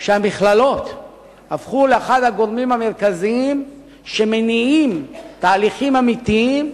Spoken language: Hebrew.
לדעת שהמכללות הפכו לאחד הגורמים המרכזיים שמניעים תהליכים אמיתיים,